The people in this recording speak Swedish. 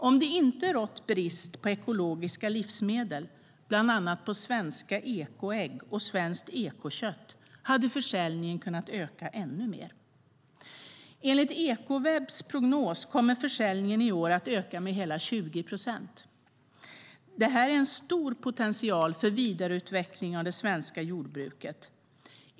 Om det inte hade rått brist på ekologiska livsmedel, bland annat svenska ekoägg och svenskt ekokött, hade försäljningen kunnat öka ännu mer. Enligt Ekowebs prognos kommer försäljningen i år att öka med hela 20 procent. Det här är en stor potential för vidareutveckling av det svenska jordbruket.